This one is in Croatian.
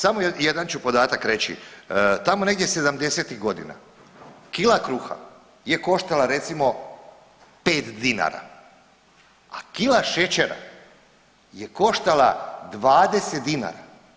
Samo jedan ću podatak reći, tamo negdje 70-ih godina, kila kruha je koštala, recimo 5 dinara, a kila šećera je koštala 20 dinara.